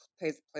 plays